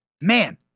man